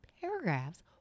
paragraphs